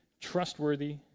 trustworthy